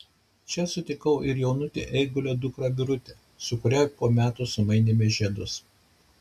čia sutikau ir jaunutę eigulio dukrą birutę su kuria po metų sumainėme žiedus